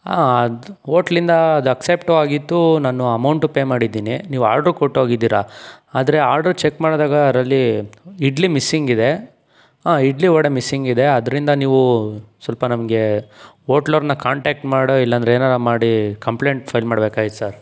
ಅದು ಹೋಟ್ಲಿಂದ ಅದು ಅಕ್ಸೆಪ್ಟೂ ಆಗಿತ್ತು ನಾನು ಅಮೌಂಟೂ ಪೇ ಮಾಡಿದ್ದೀನಿ ನೀವು ಆಡ್ರು ಕೊಟ್ಟೋಗಿದ್ದೀರ ಆದರೆ ಆರ್ಡರ್ ಚೆಕ್ ಮಾಡಿದಾಗ ಅದರಲ್ಲಿ ಇಡ್ಲಿ ಮಿಸ್ಸಿಂಗಿದೆ ಹಾಂ ಇಡ್ಲಿ ವಡೆ ಮಿಸ್ಸಿಂಗಿದೆ ಅದರಿಂದ ನೀವು ಸ್ವಲ್ಪ ನಮಗೆ ಹೋಟ್ಲವ್ರನ್ನ ಕಾಂಟಾಕ್ಟ್ ಮಾಡು ಇಲ್ಲಂದ್ರೆ ಏನಾರೂ ಮಾಡಿ ಕಂಪ್ಲೇಂಟ್ ಫೈಲ್ ಮಾಡ್ಬೇಕಾಗಿತ್ತು ಸರ್